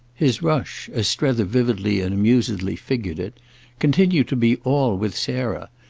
his rush as strether vividly and amusedly figured it continued to be all with sarah,